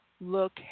look